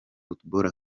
football